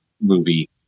movie